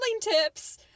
tips